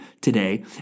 today